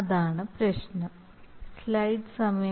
അതാണ് പ്രശ്നം